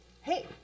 hey